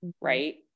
right